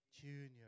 Junior